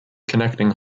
connecting